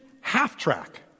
half-track